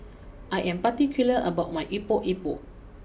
I am particular about my Epok Epok